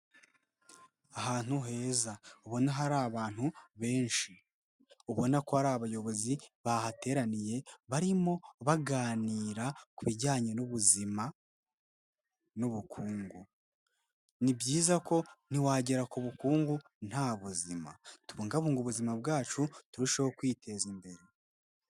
Ahantu heza ubona hari abantu benshi, ubona ko ari abayobozi bahateraniye barimo baganira ku bijyanye n'ubuzima n'ubukungu. Ni byiza ko ntiwagera ku bukungu nta buzima, tubungabunge ubuzima bwacu turusheho kwiteza imbere.